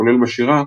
כולל בשירה,